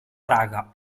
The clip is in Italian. praga